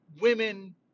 women